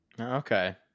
Okay